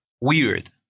weird